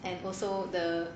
and also the